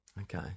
Okay